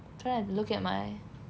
try and look at my